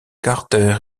carter